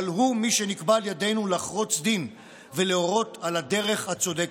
אבל הוא מי שנקבע על ידינו לחרוץ דין ולהורות על הדרך הצודקת.